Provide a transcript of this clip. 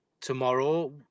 tomorrow